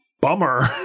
Bummer